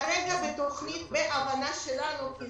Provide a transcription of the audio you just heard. כרגע בתוכנית בהבנה שלנו,